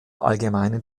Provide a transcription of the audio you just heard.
allgemeinen